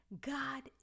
God